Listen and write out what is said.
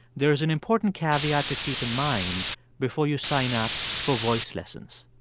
there is an important caveat to keep in mind before you sign up for voice lessons.